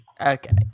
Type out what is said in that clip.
Okay